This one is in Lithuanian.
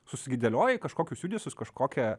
susidėlioji kažkokius judesius kažkokią